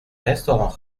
restaurant